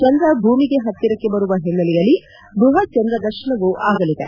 ಚಂದ್ರ ಭೂಮಿಗೆ ಹತ್ತಿರಕ್ಕೆ ಬರುವ ಹಿನ್ನೆಲೆಯಲ್ಲಿ ಬೃಹತ್ ಚಂದ್ರ ದರ್ಶನವೂ ಆಗಲಿದೆ